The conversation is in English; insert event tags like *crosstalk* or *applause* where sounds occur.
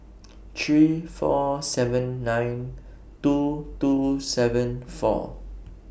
*noise* three four seven nine two two seven four *noise*